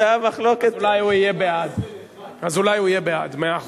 תעשו 18, ח"י.